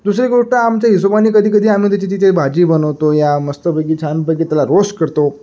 दुसरी गोष्ट आमच्या हिशोबानी कधी कधी आम्ही त्याची तिथे भाजी बनवतो या मस्तपैकी छानपैकी त्याला रोस्ट करतो